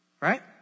Right